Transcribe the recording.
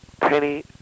Penny